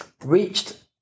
reached